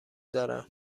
دارن